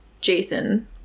jason